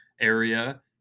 area